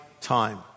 time